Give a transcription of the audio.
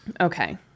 Okay